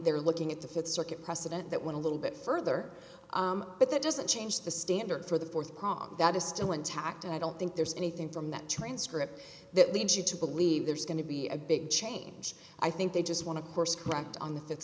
they're looking at the fifth circuit precedent that went a little bit further but that doesn't change the standard for the fourth prong that is still intact and i don't think there's anything from that transcript that leads you to believe there's going to be a big change i think they just want to course correct on the fifth